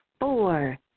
Four